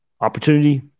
opportunity